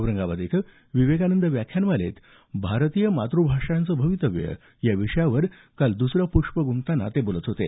औरंगाबाद इथं विवेकानंद व्याख्यानमालेत भारतीय मातृभाषांचं भवितव्य या विषयावर काल दुसरं पुष्प गुंफतांना ते बोलत होते